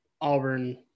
Auburn